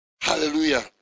hallelujah